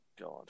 god